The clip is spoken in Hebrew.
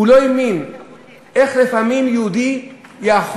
הוא לא האמין איך לפעמים יהודי יכול